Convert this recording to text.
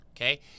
Okay